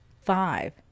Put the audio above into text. five